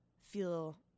feel